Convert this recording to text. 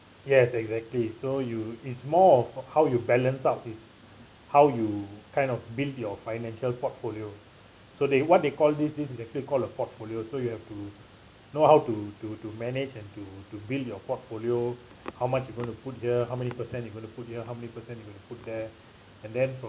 yes exactly so you it's more of how you balance out it's how you kind of build your financial portfolio so they what they call this this is actually call a portfolio so you have to know how to to to manage and to to build your portfolio how much you want to put here how many percent you gonna to put here how many percent you put there and then from